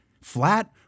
flat